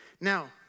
Now